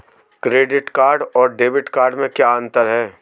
Credit card और debit card में क्या अंतर है?